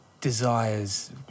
desires